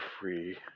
free